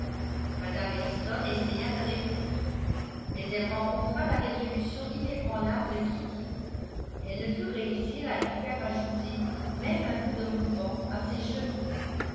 mme ellison essaya de répondre mais elle rencontra la résolution inébranlable de kitty elle ne put réussir à lui faire ajouter même un bout de ruban à ses cheveux